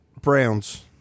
browns